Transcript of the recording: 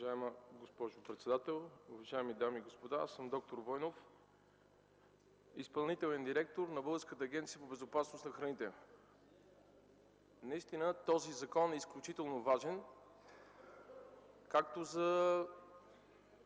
Уважаема госпожо председател, уважаеми дами и господа! Аз съм д-р Войнов – изпълнителен директор на Българската агенция по безопасност на храните. Този закон е изключително важен както за